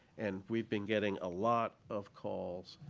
and we've been getting a lot of calls